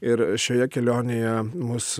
ir šioje kelionėje mus